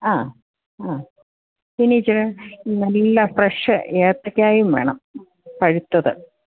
ആ ആ പിന്നെ ഇച്ചിരി നല്ല ഫ്രെഷ് ഏത്തക്കയും വേണം പഴുത്തത്